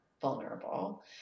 vulnerable